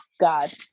God